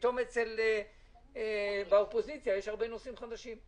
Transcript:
פתאום באופוזיציה יש הרבה נושאים חדשים.